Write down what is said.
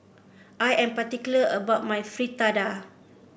I am particular about my Fritada